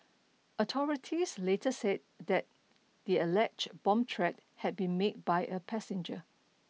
authorities later said that the alleged bomb threat had been made by a passenger